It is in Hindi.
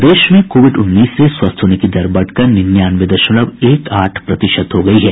प्रदेश में कोविड उन्नीस से स्वस्थ होने की दर बढ़कर निन्यानवे दशमलव एक आठ प्रतिशत हो गई है